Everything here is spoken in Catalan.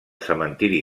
cementiri